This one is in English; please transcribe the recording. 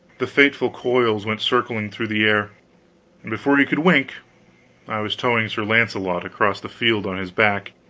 the fateful coils went circling through the air, and before you could wink i was towing sir launcelot across the field on his back,